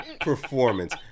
performance